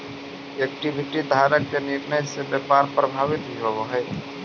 equity धारक के निर्णय से व्यापार प्रभावित भी होवऽ हइ